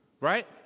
right